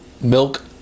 Milk